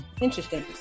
interesting